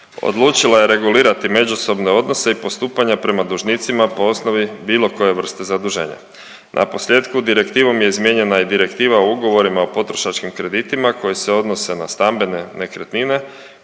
odlučila je regulirati međusobne odnose i postupanja prema dužnicima po osnovi bilo koje vrste zaduženja. Naposljetku, direktivom je izmijenjena i Direktiva o ugovorima o potrošačkim kreditima koje se odnose na stambene nekretnine,